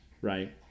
right